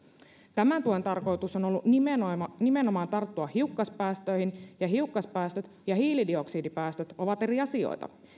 tämän tuen tarkoitus on ollut nimenomaan tarttua hiukkaspäästöihin ja hiukkaspäästöt ja hiilidioksidipäästöt ovat eri asioita